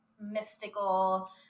mystical